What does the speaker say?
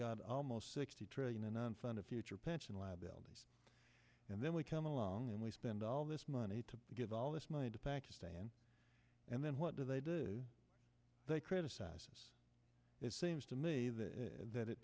got almost sixty trillion in unfunded future pension liabilities and then we come along and we spend all this money to get all this money to pakistan and then what do they do they criticize it seems to me that